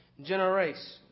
Generations